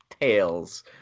tails